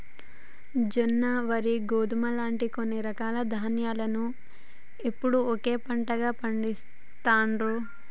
జొన్న, వరి, గోధుమ లాంటి కొన్ని రకాల ధాన్యాలను ఎప్పుడూ ఒకే పంటగా పండిస్తాండ్రు